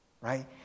right